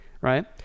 right